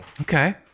Okay